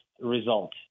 result